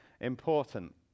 important